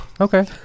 Okay